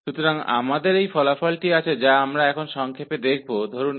तो हमारे पास यह परिणाम है जिसे अब हम संक्षेप में बता सकते हैं